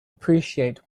appreciate